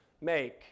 make